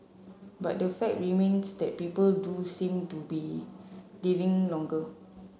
but the fact remains that people do seem to be living longer